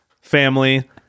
family